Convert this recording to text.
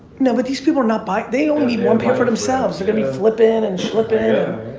no but these people are not buying, they only need one pair for themselves. they're gonna be flippin' and flippin'.